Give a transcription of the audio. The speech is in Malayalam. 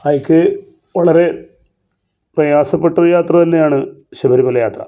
ഹൈക്ക് വളരെ പ്രയാസപ്പെട്ടൊരു യാത്ര തന്നെയാണ് ശബരിമല യാത്ര